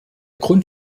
grund